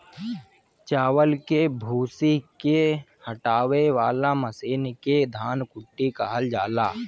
चावल के भूसी के हटावे वाला मशीन के धन कुटी कहल जाला